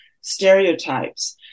stereotypes